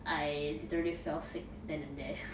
I literally fell sick then and there